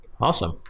Awesome